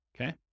Okay